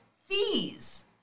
fees